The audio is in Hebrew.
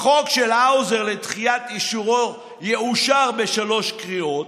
החוק של האוזר לדחיית אישורו יאושר בשלוש קריאות,